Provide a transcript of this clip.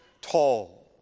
tall